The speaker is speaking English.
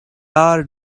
are